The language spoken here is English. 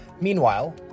Meanwhile